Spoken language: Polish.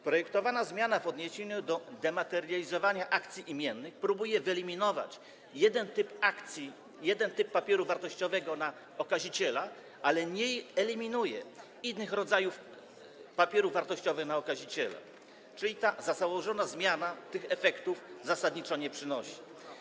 Projektowana zmiana w odniesieniu do dematerializowania akcji imiennych próbuje wyeliminować jeden typ akcji, jeden typ papieru wartościowego na okaziciela, ale nie eliminuje innych rodzajów papierów wartościowych na okaziciela, czyli zasadniczo ta założona zmiana tych efektów nie przynosi.